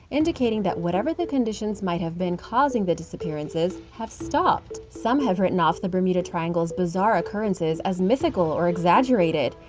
indicating that whatever the conditions might have been causing the disappearances have stopped. some have written off the bermuda triangle's bizarre occurrences as mythical or exaggerated.